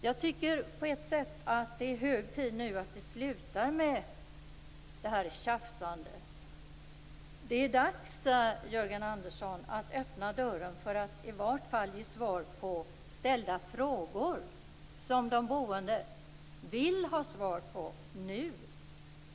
Jag tycker på ett sätt att det nu är hög tid att vi slutar med tjafsandet. Det är dags, Jörgen Andersson, att öppna dörren för att i vart fall ge svar på ställda frågor som de boende nu vill ha svar på.